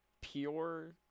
Pure